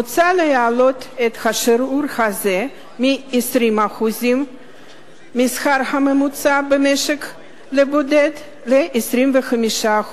מוצע להעלות את השיעור הזה מ-20% מהשכר הממוצע במשק לבודד ל-25%,